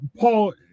Paul